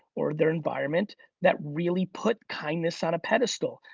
or their environment that really put kindness on a pedestal,